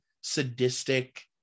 sadistic